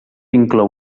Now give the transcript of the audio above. inclou